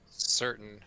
Certain